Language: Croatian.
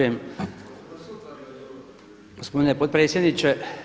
Gospodine potpredsjedniče.